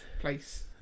place